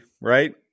right